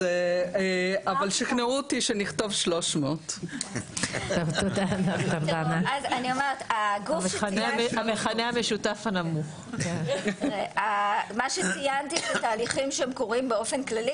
אבל שכנעו אותי שנכתוב 300. מה שציינתי בתהליכים שהם קורים באופן כללי,